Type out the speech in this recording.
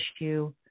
issue